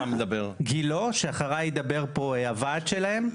גילה שאחריי ידבר פה הוועד שלהם.